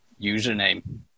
username